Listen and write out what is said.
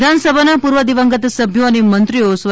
વિધાનસભાના પૂર્વ દિવંગત સભ્યો અને મંત્રીઓ સ્વ